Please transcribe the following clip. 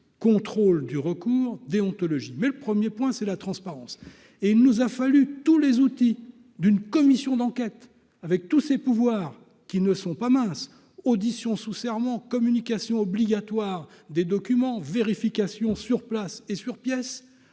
contrôle du recours déontologie mais le 1er point, c'est la transparence et il nous a fallu tous les outils d'une commission d'enquête avec tous ses pouvoirs, qui ne sont pas minces audition sous serment communication obligatoire des documents vérifications sur place et sur pièces